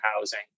housing